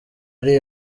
ari